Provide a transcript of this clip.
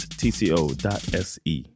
tco.se